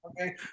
Okay